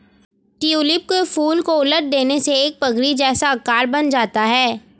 tulip के फूल को उलट देने से एक पगड़ी जैसा आकार बन जाता है